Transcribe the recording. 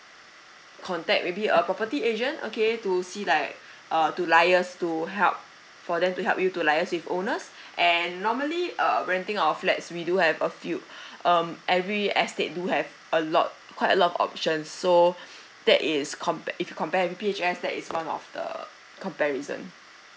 contact maybe a property agent okay to see like uh to liaise to help for them to help you to liaise with owners and normally uh renting of flats we do have a few um every estate do have a lot quite a lot of options so that is compared if you compare P_P_H_S that is one of the comparison